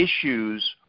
issues